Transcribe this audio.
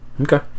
Okay